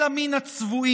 אלא מן הצבועים.